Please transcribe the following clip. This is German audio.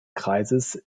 kreises